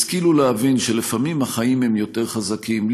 השכילו להבין שלפעמים החיים הם יותר חזקים.